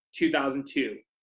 2002